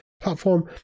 platform